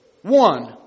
One